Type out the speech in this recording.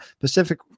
Pacific